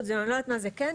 אני לא יודעת מה זה כן,